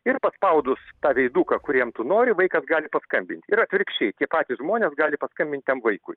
ir paspaudus tą veiduką kuriem tu nori vaikas gali paskambin ir atvirkščiai tie patys žmonės gali paskambint tam vaikui